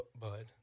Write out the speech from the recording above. Bud